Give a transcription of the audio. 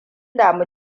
damu